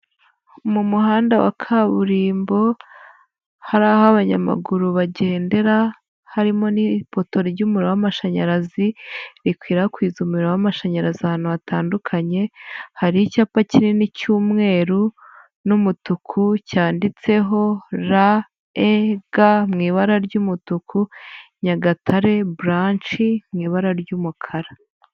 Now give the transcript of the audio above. Mu muhanda wa kaburimbo ha aho abanyamaguru bagendera, harimo n'ipoto ry'umuriro w'amashanyarazi, rikwirakwiza umuriro w'amashanyarazi ahantu hatandukanye, hari icyapa kinini cy'umweru n'umutuku cyanditseho REG mu ibara ry'umutuku, Nyagatare blanch mu ibara ry'umukara.